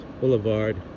Boulevard